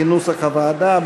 כנוסח הוועדה,